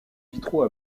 vitraux